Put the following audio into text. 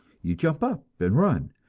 you jump up and run,